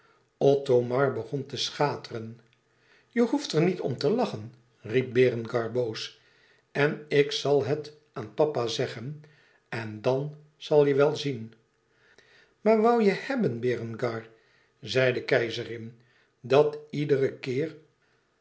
othomar begon te schateren je hoeft er niet om te lachen riep berengar boos en ik zal het aan papa zeggen en dan zal je wel zien maar woû je hebben berengar zei de keizerin dat iederen keer